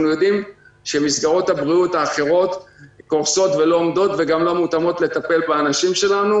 יודעים שמסגרות הבריאות האחרות קורסות וגם לא מותאמות לטפל באנשים שלנו.